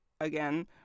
again